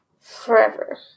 forever